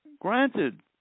Granted